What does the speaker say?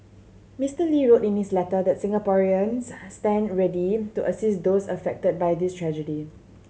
Mister Lee wrote in his letter that Singaporean has stand ready to assist those affected by this tragedy